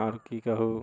आओर की कहु